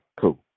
Cool